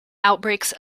outbreaks